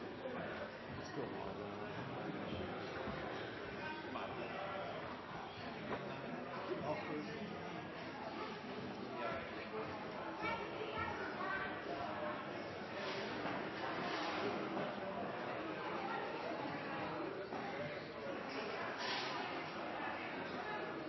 det står på.